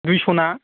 दुइस' ना